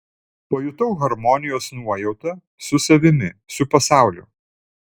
pajutau harmonijos nuojautą su savimi su pasauliu